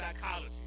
psychology